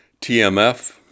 TMF